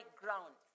ground